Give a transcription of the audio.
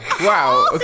wow